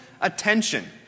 attention